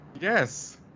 Yes